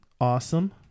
awesome